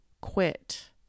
quit